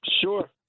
Sure